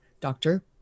doctor